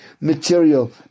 material